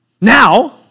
now